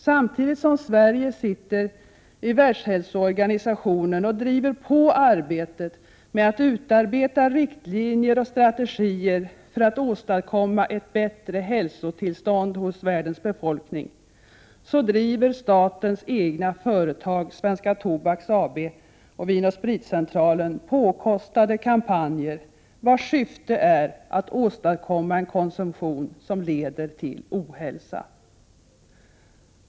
Samtidigt som Sverige sitter i Världshälsoorganisationen och driver på arbetet med att utarbeta riktlinjer och strategier för att åstadkomma ett bättre hälsotillstånd hos världens befolkning, driver statens egna företag Svenska Tobaks AB och Vin & Spritcentralen påkostade kampanjer, vilkas syfte är att åstadkomma en konsumtion som leder till ohälsa.